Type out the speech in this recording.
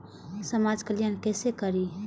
समाज कल्याण केसे करी?